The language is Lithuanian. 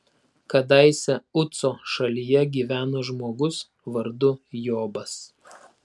kadaise uco šalyje gyveno žmogus vardu jobas